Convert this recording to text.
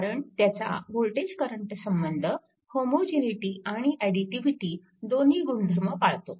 कारण त्याचा voltage current संबंध होमोजिनिटी आणि ऍडिटिव्हिटी दोन्ही गुणधर्म पाळतो